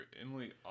Emily